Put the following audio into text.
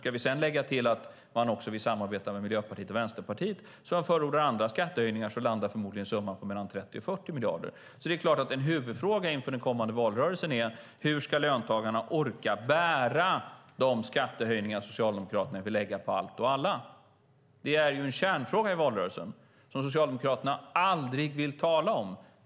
Ska vi sedan lägga till att man också vill samarbeta med Miljöpartiet och Vänsterpartiet, som förordar andra skattehöjningar, landar förmodligen summan på mellan 30 och 40 miljarder. Det är klart att en huvudfråga inför den kommande valrörelsen är hur löntagarna ska orka bära de skattehöjningar som Socialdemokraterna vill lägga på allt och alla. Det är en kärnfråga i valrörelsen som Socialdemokraterna aldrig vill tala om.